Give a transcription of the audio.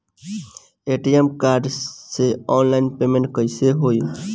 ATM card से online payment कैसे होई?